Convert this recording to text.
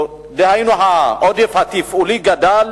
דהיינו העודף התפעולי, גדל